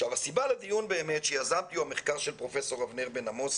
לסיבה לדיון שיזמתי הוא המחקר של פרופ' אבנר בן-עמוס,